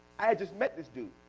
i had just met this dude,